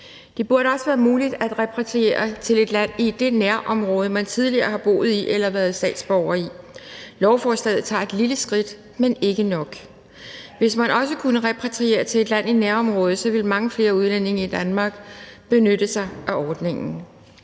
Det burde også være muligt at repatriere til et land i det nærområde, man tidligere har boet eller været statsborger i. Lovforslaget tager et lille skridt, men ikke nok. Hvis man også kunne repatriere til et land i nærområdet, ville mange flere udlændinge i Danmark benytte sig af ordningen.